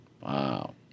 Wow